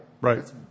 Right